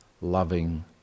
loving